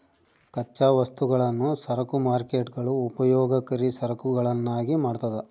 ಕಚ್ಚಾ ವಸ್ತುಗಳನ್ನು ಸರಕು ಮಾರ್ಕೇಟ್ಗುಳು ಉಪಯೋಗಕರಿ ಸರಕುಗಳನ್ನಾಗಿ ಮಾಡ್ತದ